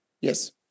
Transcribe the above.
Yes